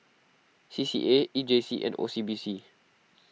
C C A E J C and O C B C